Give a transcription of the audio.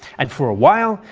and for a while,